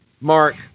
Mark